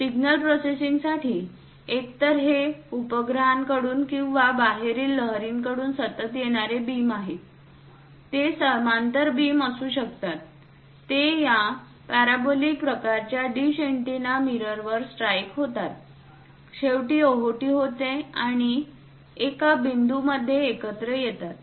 signal प्रोसेसिंगसाठी एकतर हे उपग्रहांकडून किंवा बाहेरील लहरींकडून सतत येणारे बीम आहेत ते समांतर बीम असू शकतात जे या पॅराबोलिक प्रकारच्या डिश एंटीना मिररवर स्ट्राईक होतात शेवटी ओहोटी होते आणि एका बिंदूमध्ये एकत्र येतात